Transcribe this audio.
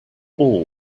all